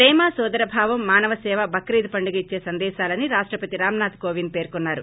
ప్రేమ నోదరభావం మానవ సేవ బక్రీద్ పండుగ ఇచ్చే సందేశాలని రాష్టపతి రామ్ నాథ్ కోవింద్ పేర్కొన్నారు